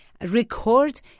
record